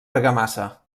argamassa